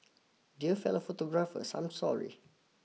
dear fellow photographers I'm sorry